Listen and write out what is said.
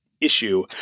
issue